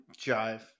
jive